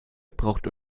braucht